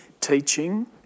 teaching